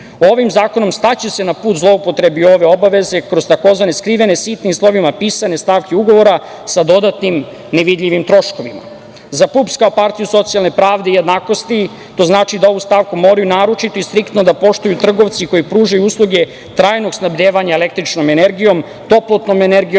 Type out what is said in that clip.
Ovim zakonom staće se na put zloupotrebe ove obaveze kroz tzv. skrivene, sitnim slovima pisane stavke ugovora sa dodatnim nevidljivim troškovima.Za PUPS kao partiju socijalne pravde i jednakosti, to znači da ovu stavku moraju naročito i striktno da poštuju trgovci koji pružaju usluge trajnog snabdevanja električnom energijom, toplotnom energijom